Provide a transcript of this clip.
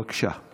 בבקשה.